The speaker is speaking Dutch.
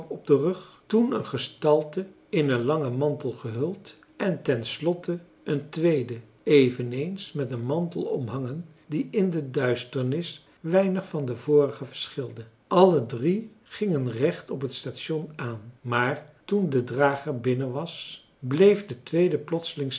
op den rug toen een gestalte in een langen mantel gehuld en ten slotte een tweede eveneens met een mantel omhangen die in de duisternis weinig van de vorige verschilde alle drie gingen recht op het station aan maar toen de drager binnen was bleef de tweede plotseling